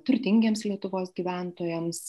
turtingiems lietuvos gyventojams